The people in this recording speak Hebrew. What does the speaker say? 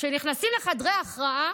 כשנכנסים לחדרי ההכרעה,